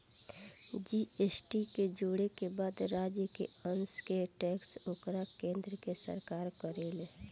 GST के जोड़े के बाद राज्य के अंस के टैक्स ओकरा के केन्द्र सरकार करेले